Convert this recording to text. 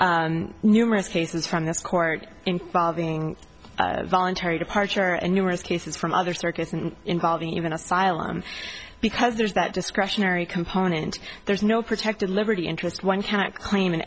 won numerous cases from this court in fall being voluntary departure and numerous cases from other circuits and involve even asylum because there's that discretionary component there's no protected liberty interest one cannot claim an